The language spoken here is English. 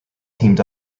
teamed